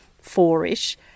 four-ish